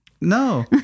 No